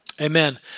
Amen